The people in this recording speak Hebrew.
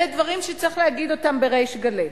אלה דברים שצריך להגיד אותם בריש גלי.